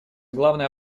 главной